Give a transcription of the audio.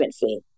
fee